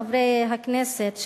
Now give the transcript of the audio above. חברי הכנסת,